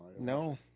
No